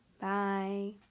Bye